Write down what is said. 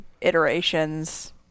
iterations